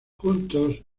juntos